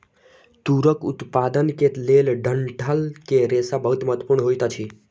तूरक उत्पादन के लेल डंठल के रेशा बहुत महत्वपूर्ण होइत अछि